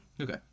Okay